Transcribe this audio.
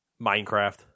Minecraft